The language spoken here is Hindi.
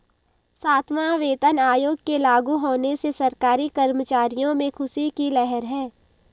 सातवां वेतन आयोग के लागू होने से सरकारी कर्मचारियों में ख़ुशी की लहर है